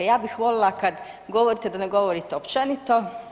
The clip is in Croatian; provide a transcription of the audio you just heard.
Ja bih volila kad govorite da ne govorite općenito.